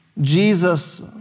Jesus